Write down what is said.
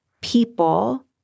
people